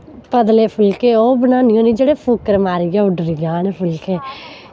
पतले फुल्के ओह् बनान्नी होन्नी जेह्ड़े फुक्कर मारियै उड्डरी जान फुल्के